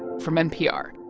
from npr.